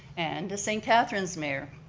and a st. catharine's mayor.